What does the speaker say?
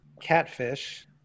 catfish